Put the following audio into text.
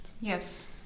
Yes